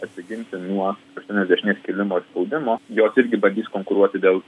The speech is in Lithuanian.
atsiginti nuo kraštinės dešinės kilimo ir spaudimo jos irgi bandys konkuruoti dėl